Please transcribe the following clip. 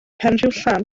penrhiwllan